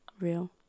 real